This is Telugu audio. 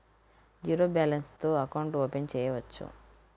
జీరో బాలన్స్ తో అకౌంట్ ఓపెన్ చేయవచ్చు?